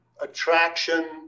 attraction